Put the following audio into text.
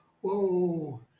whoa